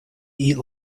eat